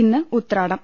ഇന്ന് ഉത്രാടം